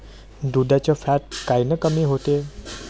दुधाचं फॅट कायनं कमी होते?